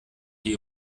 die